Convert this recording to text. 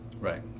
Right